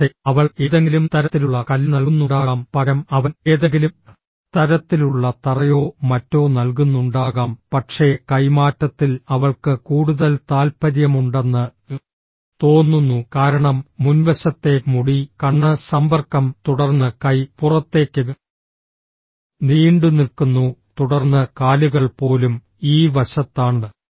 ഒരുപക്ഷേ അവൾ ഏതെങ്കിലും തരത്തിലുള്ള കല്ല് നൽകുന്നുണ്ടാകാം പകരം അവൻ ഏതെങ്കിലും തരത്തിലുള്ള തറയോ മറ്റോ നൽകുന്നുണ്ടാകാം പക്ഷേ കൈമാറ്റത്തിൽ അവൾക്ക് കൂടുതൽ താൽപ്പര്യമുണ്ടെന്ന് തോന്നുന്നു കാരണം മുൻവശത്തെ മുടി കണ്ണ് സമ്പർക്കം തുടർന്ന് കൈ പുറത്തേക്ക് നീണ്ടുനിൽക്കുന്നു തുടർന്ന് കാലുകൾ പോലും ഈ വശത്താണ്